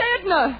Edna